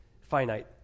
finite